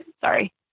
Sorry